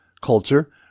culture